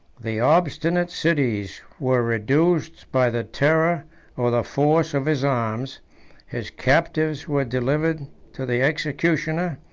the obstinate cities were reduced by the terror or the force of his arms his captives were delivered to the executioner,